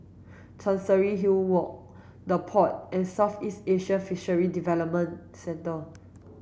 Chancery Hill Walk The Pod and Southeast Asian Fisheries Development Centre